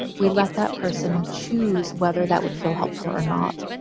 we let that person choose whether that would feel helpful or not